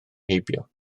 heibio